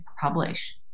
publish